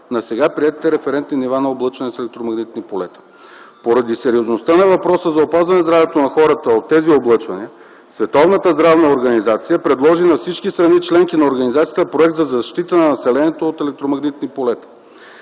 на сега приетите референтни нива на облъчване с електромагнитни полета. Поради сериозността на въпроса с опазване на здравето на хората от тези облъчвания Световната здравна организация предложи на всички страни-членки на организацията, проект за защита на населението от електромагнитни полета.